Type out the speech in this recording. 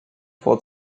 vor